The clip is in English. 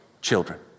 children